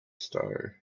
star